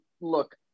look